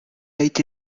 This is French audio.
été